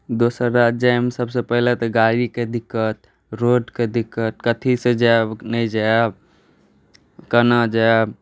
दोसर राज्य जाइमे तऽ सबसँ पहिने गाड़ीके दिक्कत रोडके दिक्कत कथीसँ जाएब नहि जाएब कोना जाएब